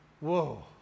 Whoa